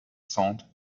sand